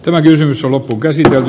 tämä kysymys on tänne